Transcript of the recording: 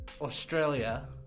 Australia